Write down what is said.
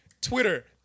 Twitter